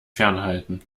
fernhalten